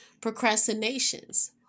Procrastinations